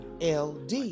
LD